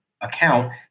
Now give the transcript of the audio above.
account